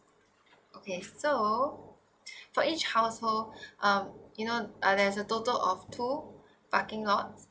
okay so for each household um you know uh there's a total of two parking lot